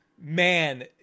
Man